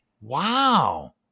Wow